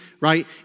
right